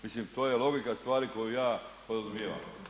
Mislim to je logika stvari koju ja podrazumijevam.